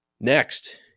Next